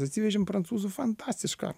atsivežėm prancūzų fantastišką